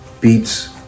beats